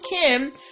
Kim